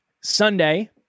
Sunday